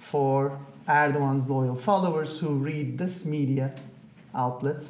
for erdogan's loyal followers who read this media outlet.